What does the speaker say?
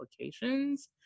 applications